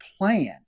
plan